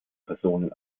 personen